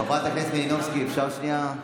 חברת הכנסת מלינובסקי, אפשר שנייה?